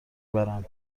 برم